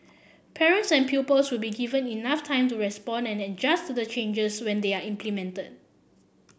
parents and pupils will be given enough time to respond and adjust to the changes when they are implemented